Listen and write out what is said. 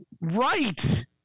Right